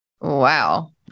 Wow